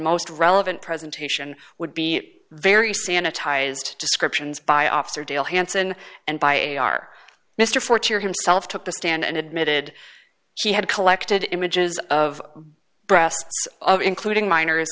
most relevant presentation would be very sanitized descriptions by officer deal hansen and by a r mr fortier himself took the stand and admitted she had collected images of breasts including minors